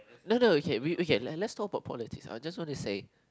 no no okay we we can let's talk about politics I just want to say